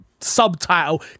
subtitle